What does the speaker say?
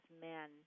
men